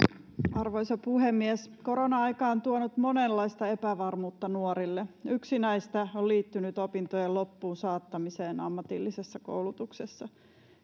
arvoisa puhemies korona aika on tuonut monenlaista epävarmuutta nuorille yksi näistä on liittynyt opintojen loppuun saattamiseen ammatillisessa koulutuksessa